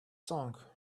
song